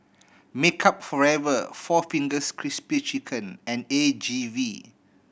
Makeup Forever Four Fingers Crispy Chicken and A G V